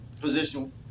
position